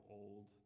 old